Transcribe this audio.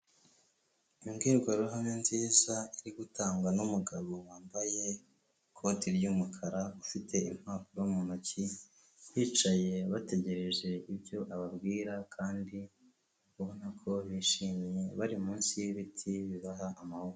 Imbwirwaruhame nziza iri gutangwa n'umugabo wambaye ikote ry'umukara, ufite impapuro mu ntoki bicaye bategereje ibyo ababwira kandi ubona ko bishimye bari munsi y'ibiti bibaha amahumbezi.